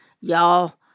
y'all